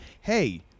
hey